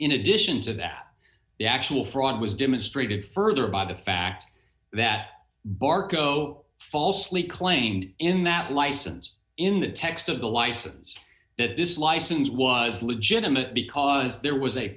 editions of that the actual fraud was demonstrated further by the fact that barco falsely claimed in that license in the text of the license that this license was legitimate because there was a